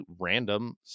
random